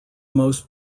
most